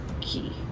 key